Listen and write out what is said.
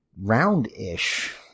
Round-ish